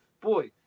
boy